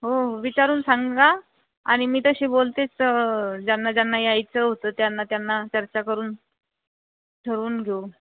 हो हो विचारून सांगा आणि मी तशी बोलतेच ज्यांना ज्यांना यायचं होतं त्यांना त्यांना चर्चा करून ठरवून घेऊ